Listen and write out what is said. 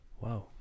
Wow